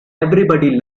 everybody